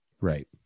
Right